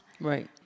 Right